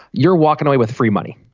you're walking away with free money